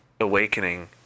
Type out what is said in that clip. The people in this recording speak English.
awakening